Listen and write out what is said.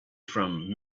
from